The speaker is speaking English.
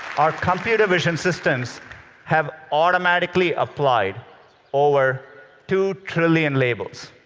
our computer vision systems have automatically applied over two trillion labels.